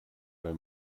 weil